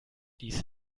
dies